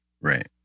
Right